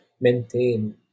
maintain